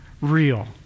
real